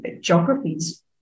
geographies